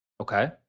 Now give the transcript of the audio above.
Okay